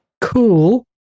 cool